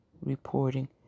reporting